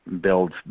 build